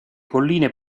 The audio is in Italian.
colline